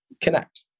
connect